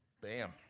Bam